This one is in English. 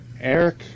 Eric